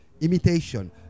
imitation